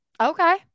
Okay